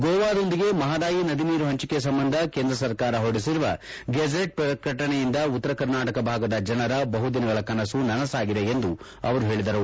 ಗೋವಾದೊಂದಿಗೆ ಮಹದಾಯಿ ನದಿ ನೀರು ಪಂಚಿಕೆ ಸಂಬಂಧ ಕೇಂದ್ರ ಸರ್ಕಾರ ಹೊರಡಿಸಿರುವ ಗೆಜೆಟ್ ಪ್ರಕಟಣೆಯಿಂದ ಉತ್ತರ ಕರ್ನಾಟಕ ಭಾಗದ ಜನರ ಬಹುದಿನಗಳ ಕನಸು ನನಸಾಗಿದೆ ಎಂದು ಅವರು ಹೇಳಿದರು